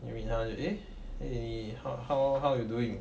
then meet 他 eh eh eh how how how you doing